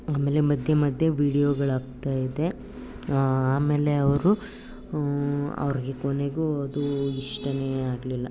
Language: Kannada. ಆಮೇಲೆ ಮಧ್ಯೆ ಮಧ್ಯೆ ವೀಡಿಯೋಗಳು ಹಾಕ್ತಾಯಿದ್ದೆ ಆಮೇಲೆ ಅವರು ಅವ್ರಿಗೆ ಕೊನೆಗೂ ಅದೂ ಇಷ್ಟನೇ ಆಗಲಿಲ್ಲ